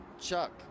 Chuck